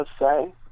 say